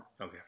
Okay